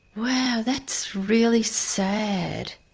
wow, that's really sad.